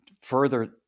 further